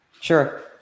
Sure